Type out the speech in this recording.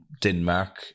Denmark